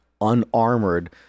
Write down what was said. unarmored